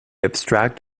abstract